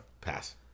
Pass